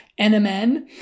nmn